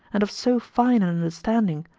and of so fine an understanding,